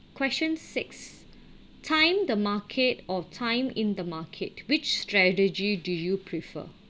question six time the market or time in the market which strategy do you prefer